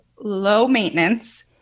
low-maintenance